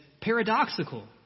paradoxical